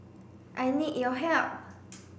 I need your help